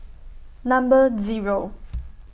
Number Zero